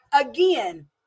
again